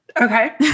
Okay